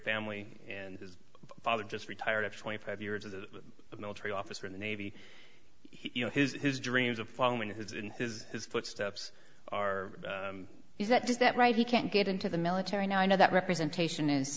family and his father just retired after twenty five years as a military officer in the navy you know his his dreams of following his in his footsteps are is that does that right he can't get into the military now i know that representation is